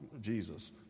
Jesus